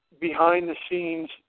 behind-the-scenes